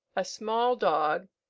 a small dog,